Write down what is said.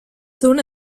sohn